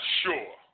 sure